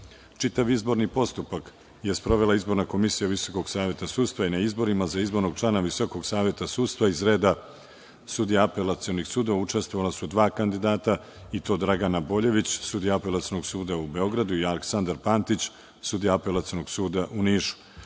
doneo. Čitav izborni postupak je sprovela Izborna komisija Visokog saveta sudstva na izborima za izbornog člana Visokog saveta sudstva iz reda sudija apelacionih sudova, učestvovala su dva kandidata i to Dragana Boljević, sudija Apelacionog suda u Beogradu i Aleksandar Pantić, sudija Apelacionog suda u Nišu. Na